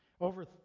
over